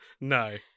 no